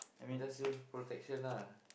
just use protection lah